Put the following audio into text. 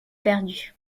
perdue